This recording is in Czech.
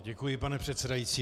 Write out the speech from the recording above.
Děkuji, pane předsedající.